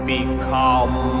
Become